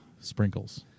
Sprinkles